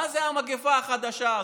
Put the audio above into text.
מה זה המגפה החדשה הזאת?